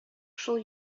шул